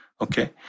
okay